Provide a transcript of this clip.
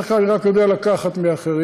בדרך כלל אני רק יודע לקחת מאחרים.